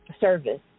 service